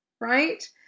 right